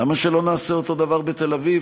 למה שלא נעשה אותו הדבר בתל-אביב,